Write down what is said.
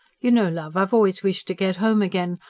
you know, love, i've always wished to get home again.